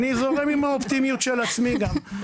אני זורם עם האופטימיות של עצמי גם,